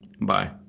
Bye